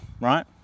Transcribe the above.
right